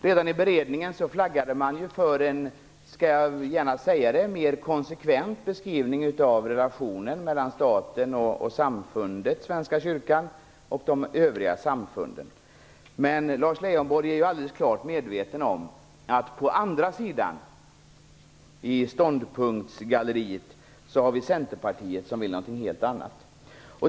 Redan under beredningen - det skall jag gärna säga - flaggade man för en mer konsekvent beskrivning av relationen mellan staten och samfundet Svenska kyrkan och de övriga samfunden. Men Lars Leijonborg är ju alldeles klart medveten om att på andra sidan i ståndpunktsgalleriet har vi Centerpartiet som vill någonting helt annat.